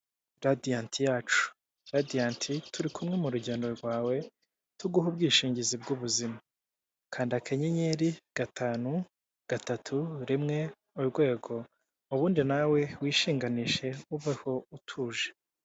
Radiant yacu, radiant turi kumwe mu rugendo rwawe tuguhe ubwishingizi bw'ubuzima. Kanda akanyenyeri gatanu gatatu rimwe urwego ubundi nawe wishinganishe ubeho utuje.